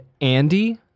andy